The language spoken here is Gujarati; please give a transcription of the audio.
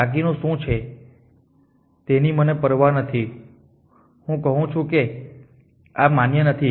બાકીનું શું છે તેની મને પરવા નથી હું કહું છું કે આ માન્ય નથી